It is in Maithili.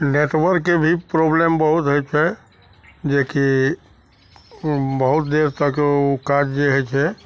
नेटवर्कके भी प्रॉब्लम बहुत होइ छै जेकि ओ बहुत देर तक ओ काज जे होइ छै